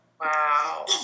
Wow